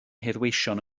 heddweision